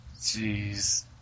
Jeez